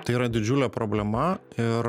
tai yra didžiulė problema ir